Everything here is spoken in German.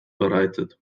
bereitet